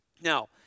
Now